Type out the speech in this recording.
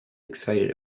excited